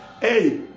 Hey